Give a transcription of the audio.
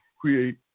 create